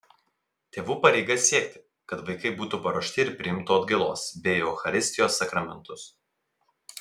tėvų pareiga siekti kad vaikai būtų paruošti ir priimtų atgailos bei eucharistijos sakramentus